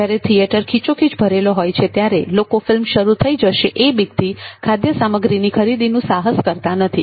જ્યારે થિયેટર ખીચોખીચ ભરેલા હોય છે ત્યારે લોકો ફિલ્મ શરૂ થઈ જશે એ બીકથી ખાદ્ય સામગ્રીની ખરીદીનું સાહસ કરતા નથી